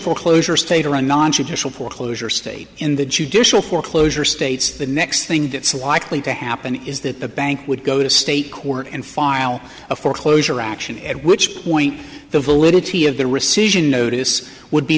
foreclosure state or a non judicial foreclosure state in the judicial foreclosure states the next thing that's likely to happen is that the bank would go to state court and file a foreclosure action at which point the validity of the rescission notice would be